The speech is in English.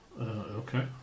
okay